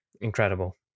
Incredible